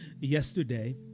Yesterday